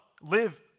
live